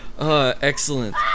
excellent